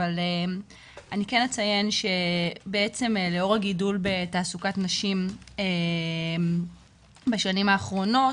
אבל אני כן אציין שבעצם לאור הגידול בתעסוקת נשים בשנים האחרונות,